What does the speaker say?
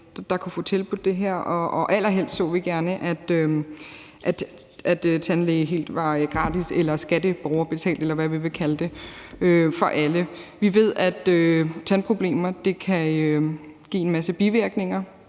der kunne få tilbudt det her, og allerhelst så vi gerne, at det at gå til tandlæge var helt gratis, skatteborgerbetalt, eller hvad man vil kalde det, for alle. Vi ved, at tandproblemer kan give en masse bivirkninger,